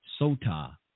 Sota